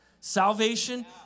salvation